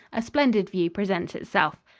a splendid view presents itself.